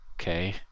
Okay